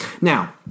now